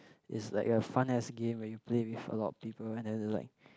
is like a fun ass game where you play with a lot of people and then it's like